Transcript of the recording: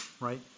right